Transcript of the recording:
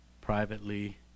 privately